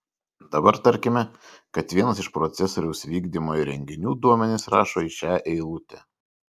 dabar tarkime kad vienas iš procesoriaus vykdymo įrenginių duomenis rašo į šią eilutę